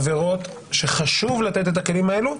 עבירות שחשוב לתת את הכלים האלה,